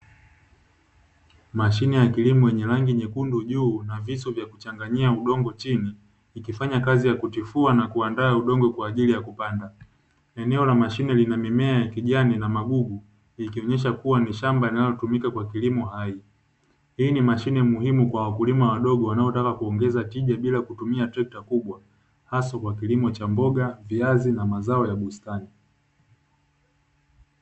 Mashine ya kilimo yenye rangi nyekundu juu na visu vya kuchanganyia udongo, chini ikifanya kazi ya kutifua na kuandaa udongo kwa ajili ya kupanda, eneo la mashine lina mimea kijani na magugu likionesha kuwa ni shamba linalotumika kwa kilimo hai, hii ni mashine muhimu kwa wakulima wadogo wanaototaka kuongeza tija bila kutumia trekta kubwa hasa kwa kilimo cha mboga, viazi na mazao ya bustani.